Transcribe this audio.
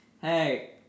Hey